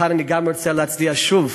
וכאן אני גם רוצה להצדיע שוב